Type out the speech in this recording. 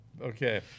okay